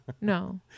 no